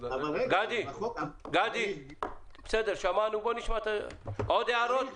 גדי מתייחס לחוק הובלת חומרים מסוכנים.